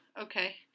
Okay